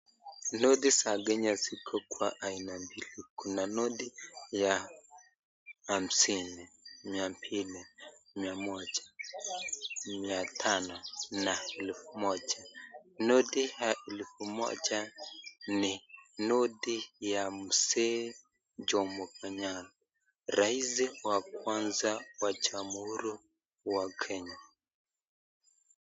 Noti za Kenya ziko kwa aina mbili kuna noti ya hamsini, mia mbili, mia moja ,mia tano na elfu moja. Noti ya elfu moja ni noti ya mzee Jomo Kenyatta rais wa kwanza wa jamhuri ya kenya.